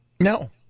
No